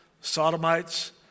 sodomites